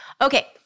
Okay